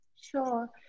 Sure